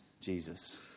Jesus